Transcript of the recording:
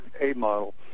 A-model